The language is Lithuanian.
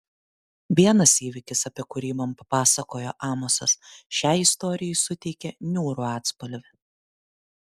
vienas įvykis apie kurį man papasakojo amosas šiai istorijai suteikia niūrų atspalvį